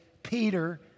peter